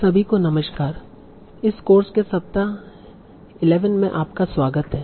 सभी को नमस्कार इस कोर्स के सप्ताह 11 में आपका स्वागत है